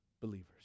believers